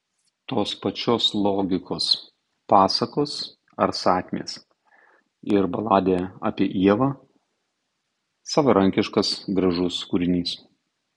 tos pačios logikos pasakos ar sakmės ir baladė apie ievą savarankiškas gražus kūrinys